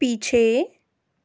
पीछे